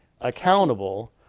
accountable